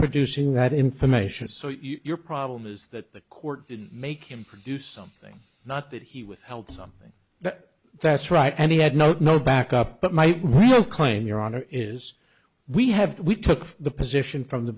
producing that information so your problem is that the court didn't make him produce something not that he withheld something but that's right and he had no no backup but my real claim your honor is we have we took the position from the